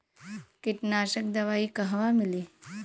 कीटनाशक दवाई कहवा मिली?